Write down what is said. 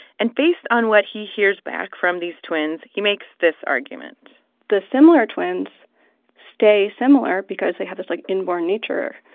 and based on what he hears back from these twins, he makes this argument the similar twins stay similar because they have this, like, inborn nature.